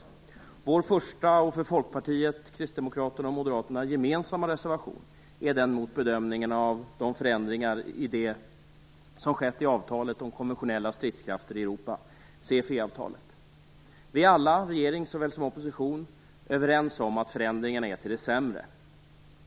Här finns vår första för Folkpartiet, Kristdemokraterna och Moderaterna gemensamma reservation mot bedömningarna av de förändringar som skett i avtalet om konventionella stridskrafter i Europa, CFE Vi är alla - regering såväl som opposition - överens om att förändringarna är till det sämre.